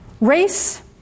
Race